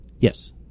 Yes